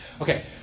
Okay